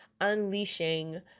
unleashing